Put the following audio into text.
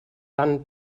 han